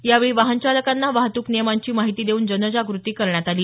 यावेळी वाहनचालकांना वाहतूक नियमांची माहिती देऊन जनजागृती करण्यात आली